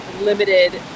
limited